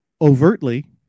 overtly